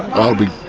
i'll be